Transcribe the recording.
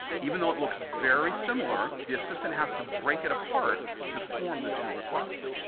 even though it looks very similar, the assistant has to break it apart to form the two requests.